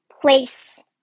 place